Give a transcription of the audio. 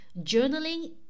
journaling